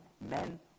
men